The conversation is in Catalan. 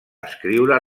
escriure